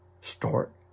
start